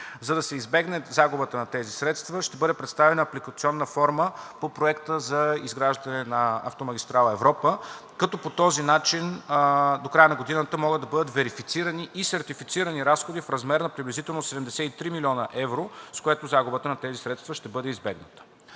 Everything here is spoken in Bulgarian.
За да се избегне загубата на тези средства, ще бъде представена апликационна форма по Проекта за изграждане на автомагистрала „Европа“, като по този начин до края на годината могат да бъдат верифицирани и сертифицирани разходи в размер на приблизително 73 млн. евро, с което загубата на тези средства ще бъде избегната.